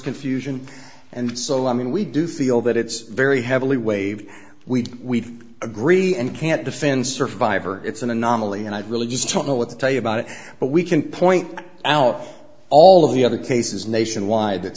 confusion and so i mean we do feel that it's very heavily waived we agree and can't defend survivor it's an anomaly and i really just talking with the tell you about it but we can point out all of the other cases nationwide that